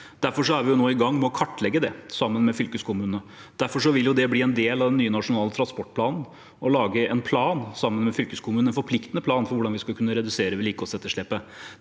Derfor er vi nå i gang med å kartlegge det, sammen med fylkeskommunene. Derfor vil det bli en del av den nye nasjonale transportplanen å lage en plan sammen med fylkeskommunene – en forpliktende plan for hvordan vi skal kunne redusere vedlikeholdsetterslepet.